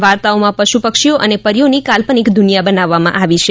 વાર્તાઓમાં પશુ પક્ષીઓ અને પરીઓની કાલ્પનિક દુનિયા બનાવવામાં આવી છે